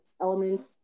elements